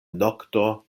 nokto